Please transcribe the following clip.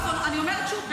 אני אומרת שוב,